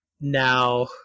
Now